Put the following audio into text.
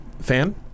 Fan